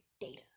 data